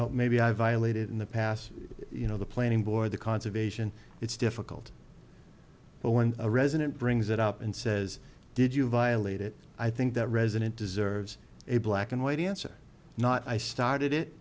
know maybe i violated in the past you know the planning board the conservation it's difficult but when a resident brings it up and says did you violate it i think that resident deserves a black and white answer not i started it